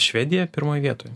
švedija pirmoj vietoj